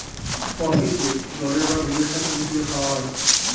কফিকে জলের বা দুধের সাথে মিশিয়ে খাওয়া হয়